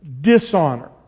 dishonor